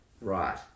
Right